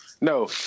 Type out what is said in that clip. No